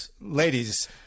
ladies